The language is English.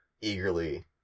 eagerly